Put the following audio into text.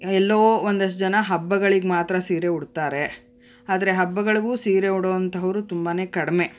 ಎಲ್ಲೋ ಒಂದಷ್ಟು ಜನ ಹಬ್ಬಗಳಿಗೆ ಮಾತ್ರ ಸೀರೆ ಉಡ್ತಾರೆ ಆದರೆ ಹಬ್ಬಗಳಿಗೂ ಸೀರೆ ಉಡುವಂತಹವರು ತುಂಬಾ ಕಡಿಮೆ